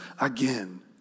again